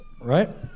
right